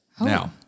Now